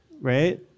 right